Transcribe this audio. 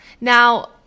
Now